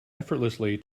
effortlessly